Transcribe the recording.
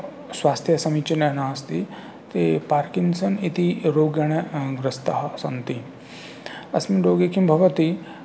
स्वास्थ्यं समीचीनं नास्ति ते पार्किङ्ग्सन् इति रोगेण ग्रस्तः सन्ति अस्मिन् रोगे किं भवति